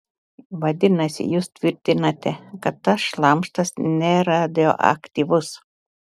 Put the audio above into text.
vadinasi jūs tvirtinate kad tas šlamštas neradioaktyvus